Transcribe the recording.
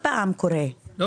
לא